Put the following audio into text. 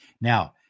Now